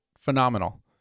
phenomenal